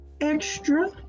extra